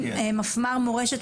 מפמ"ר מורשת,